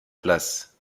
place